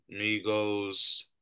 Migos